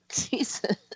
Jesus